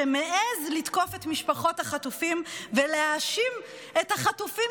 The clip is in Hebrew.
שמעז לתקוף את משפחות החטופים ולהאשים את החטופים